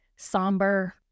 somber